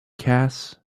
cass